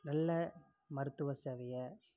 நல்ல மருத்துவ சேவையை